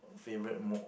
favourite